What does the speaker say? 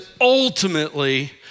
ultimately